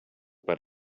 but